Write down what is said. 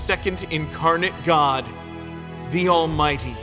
second to incarnate god the almighty